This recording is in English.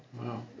Wow